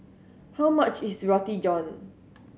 how much is Roti John